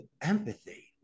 empathy